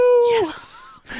Yes